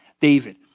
David